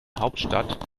hauptstadt